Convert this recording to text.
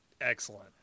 Excellent